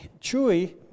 Chuy